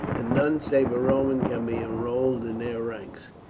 and none save a roman can be enrolled in their ranks.